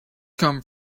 come